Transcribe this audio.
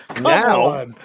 Now